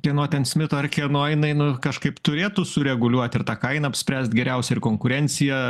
kieno ten smito ar kieno jinai nu kažkaip turėtų sureguliuot ir tą kainą apspręst geriausia ir konkurencija